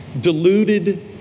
deluded